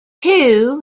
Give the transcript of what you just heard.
two